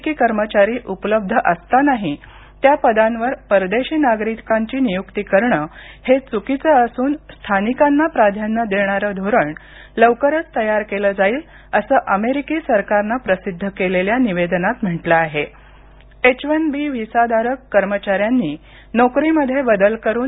की कर्मचारी उपलब्ध असतानाही त्या पदांवर परदेशी नागरिकांची नियुक्ती करणं हे चुकीचं असून स्थानिकांना प्राधान्य देणारं धोरण लवकरच तयार केलं जाईल असं अमेरिकि सरकारनं प्रसिद्ध केलेल्या निवेदनात म्हटलं आहेएच वन बी व्हिसाधारक कर्मचाऱ्यांनी नोकरीमध्ये बदल करून